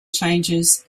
changes